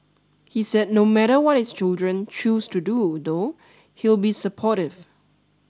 he said no matter what his children choose to do though he'll be supportive